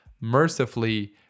mercifully